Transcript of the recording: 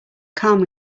calm